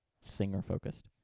singer-focused